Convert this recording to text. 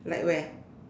like where